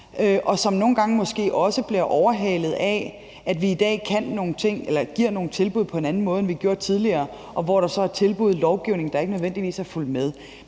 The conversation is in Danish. og som nogle gange måske også bliver overhalet af, at vi i dag giver nogle tilbud på en anden måde, end vi gjorde tidligere, og hvor der så er tilbud i lovgivningen, der ikke nødvendigvis er fulgt med.